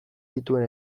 dituen